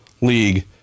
League